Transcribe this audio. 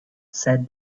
said